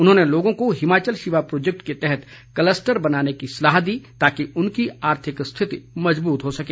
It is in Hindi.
उन्होंने लोगों को हिमाचल शिवा प्रोजेक्ट के तहत क्लस्टर बनाने की सलाह दी ताकि उनकी आर्थिक स्थिति मजबूत हो सके